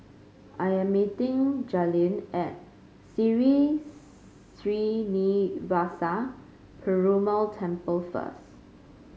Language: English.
I am meeting Jalyn at Sri Srinivasa Perumal Temple first